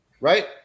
Right